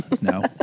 No